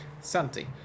Santi